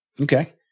Okay